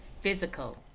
physical